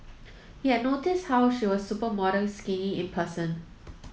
he had noticed how she was supermodel skinny in person